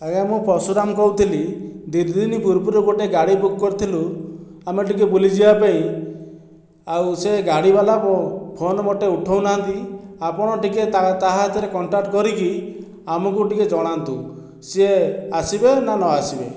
ଆଜ୍ଞା ମୁଁ ପର୍ଶୁରାମ କହୁଥିଲି ଦି ଦିନ ପୂର୍ବରୁ ଗୋଟିଏ ଗାଡ଼ି ବୁକ୍ କରିଥିଲୁ ଆମେ ଟିକିଏ ବୁଲିଯିବା ପାଇଁ ଆଉ ସେ ଗାଡ଼ିବାଲା ଫୋନ୍ ମୋଟେ ଉଠାଉ ନାହାନ୍ତି ଆପଣ ଟିକେ ତା' ହାତରେ କଣ୍ଟାକ୍ଟ୍ କରିକି ଆମକୁ ଟିକେ ଜଣାନ୍ତୁ ସିଏ ଆସିବେ ନା ନ ଆସିବେ